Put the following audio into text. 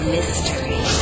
Mystery